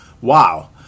Wow